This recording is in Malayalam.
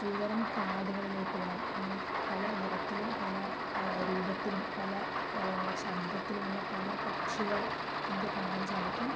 വിവിധ തരം കാടുകളിലോട്ട് പോകണം അങ്ങനെ പല നിറത്തിലും പല രൂപത്തിലും പല ശബ്ദത്തിലുള്ള പല പക്ഷികൾ നമുക്ക് കാണാൻ സാധിക്കും